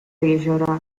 jeziora